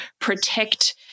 protect